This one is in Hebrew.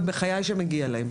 ובחיי שמגיע להם.